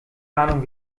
ahnung